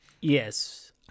Yes